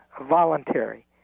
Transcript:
voluntary